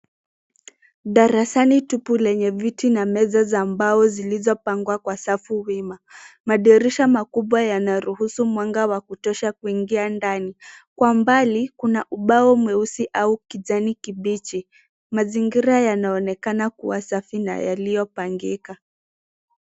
Darasani tupu lenye viti na meza za mbao zilizopangwa kwa safu wima. Madirisha makubwa yanaruhusu mwanga wa kutosha kuingia ndani. Kwa mbali, kuna ubao mweusi au kijani kibichi. Mazingira yanaonekana kuwa safi na yaliyopangika.